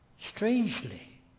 strangely